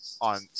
on